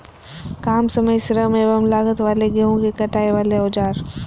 काम समय श्रम एवं लागत वाले गेहूं के कटाई वाले औजार?